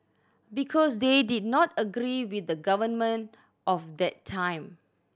because they did not agree with the government of that time